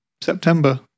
September